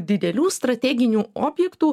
didelių strateginių objektų